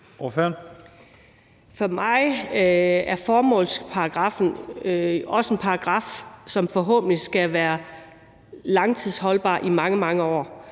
For mig er formålsparagraffen også en paragraf, som forhåbentlig skal være langtidsholdbar, holde i mange, mange år.